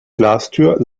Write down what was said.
glastür